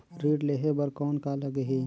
ऋण लेहे बर कौन का लगही?